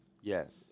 Yes